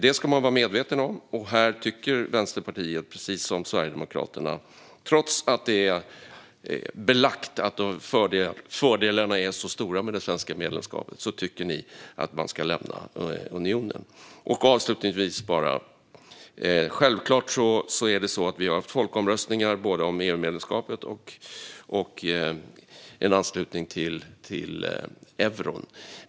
Det ska man vara medveten om, och här tycker Vänsterpartiet precis som Sverigedemokraterna att Sverige ska lämna unionen trots att det är belagt att fördelarna med det svenska medlemskapet är så stora. Avslutningsvis: Självklart har vi haft folkomröstningar både om EU-medlemskapet och om en anslutning till eurosamarbetet.